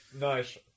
nice